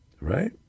Right